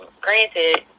granted